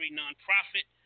nonprofit